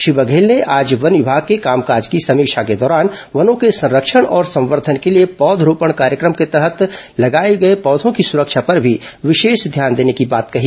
श्री बघेल ने आज वन विभाग के कामकाज की समीक्षा के दौरान वनों के संरक्षण और संवर्धन के लिए पौधरोपण कार्यक्रम के तहत लगाए गए पौधों की सुरक्षा पर भी विशेष ध्यान देने की बात कही